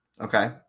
Okay